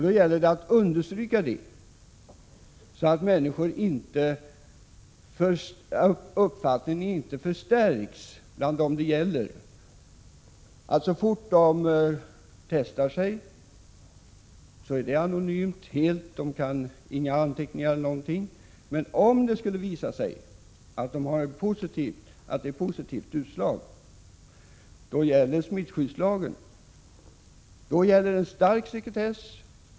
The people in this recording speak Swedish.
Det gäller att understryka det, så att uppfattningen bland dem det gäller förstärks att när de testar sig så sker det anonymt — det förs inga anteckningar eller något sådant. Men om det skulle visa sig att testet ger ett positivt utslag, då gäller smittskyddslagen. Då gäller en stark sekretess.